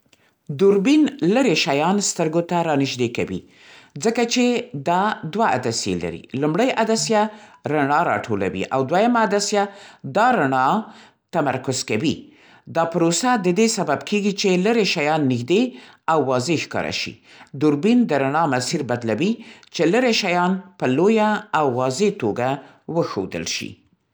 دوربین لرې شیان سترګو ته رانژدې کوي. ځکه چې دا دوه عدسیې لري. لومړۍ عدسیه رڼا راټولوي او دویمه عدسیه دا رڼا تمرکز کوي. دا پروسه د دې سبب کیږي چې لرې شیان نږدې او واضح ښکاره شي. دوربین د رڼا مسیر بدلوي، چې لرې شیان په لویه او واضح توګه وښودل شي.